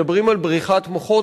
מדברים על בריחת מוחות,